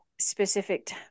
specific